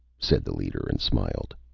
said the leader, and smiled.